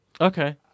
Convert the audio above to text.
Okay